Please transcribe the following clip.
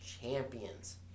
champions